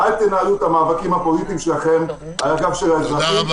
ואל תנהלו את המאבקים הפוליטיים שלכם על גב האזרחים.